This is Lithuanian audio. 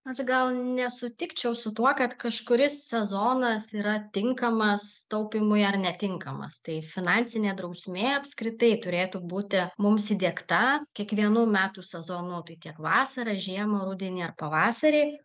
aš gal nesutikčiau su tuo kad kažkuris sezonas yra tinkamas taupymui ar netinkamas tai finansinė drausmė apskritai turėtų būti mums įdiegta kiekvienų metų sezono tai tiek vasarą žiemą rudenį ar pavasarį